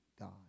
God